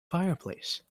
fireplace